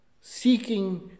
seeking